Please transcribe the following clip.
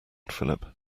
philip